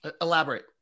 Elaborate